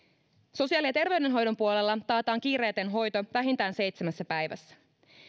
sosiaali ja terveydenhoidon puolella taataan kiireetön hoito vähintään seitsemässä päivässä